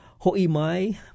Ho'imai